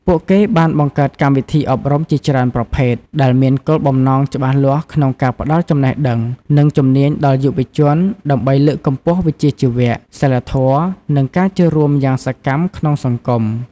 ពួកគេបានបង្កើតកម្មវិធីអប់រំជាច្រើនប្រភេទ ដែលមានគោលបំណងច្បាស់លាស់ក្នុងការផ្តល់ចំណេះដឹង និងជំនាញដល់យុវជន ដើម្បីលើកកម្ពស់វិជ្ជាជីវៈ សីលធម៌ និងការចូលរួមយ៉ាងសកម្មក្នុងសង្គម។